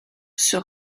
sur